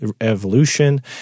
evolution